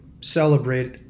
celebrate